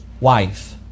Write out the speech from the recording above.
wife